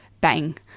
bang